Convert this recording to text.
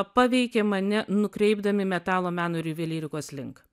paveikė mane nukreipdami metalo meno ir juvelyrikos link